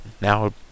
now